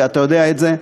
אתה יודע את זה,